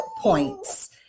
points